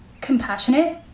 compassionate